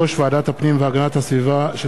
(יושב-ראש ועדת הפנים והגנת הסביבה של הכנסת,